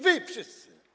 Wy wszyscy.